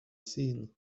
seen